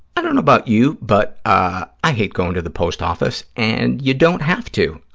i don't know about you, but ah i hate going to the post office, and you don't have to.